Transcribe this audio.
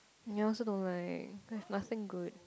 you also don't right I've nothing good